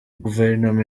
guverinoma